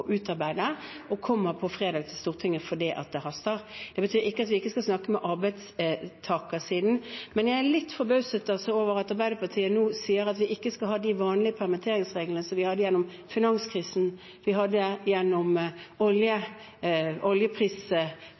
utarbeide, og vi kommer på fredag til Stortinget fordi det haster. Det betyr ikke at vi ikke skal snakke med arbeidstakersiden. Jeg er litt forbauset over at Arbeiderpartiet nå sier at vi ikke skal ha de vanlige permitteringsreglene, som vi hadde gjennom finanskrisen, som vi hadde gjennom